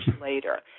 later